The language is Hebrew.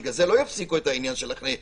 בגלל זה לא יפסיקו את העניין של שתייה,